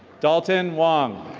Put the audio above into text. dalton wang.